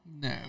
No